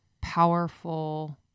powerful